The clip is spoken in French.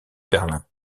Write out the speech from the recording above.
berlin